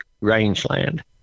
rangeland